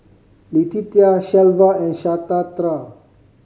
Letitia Shelva and Shatara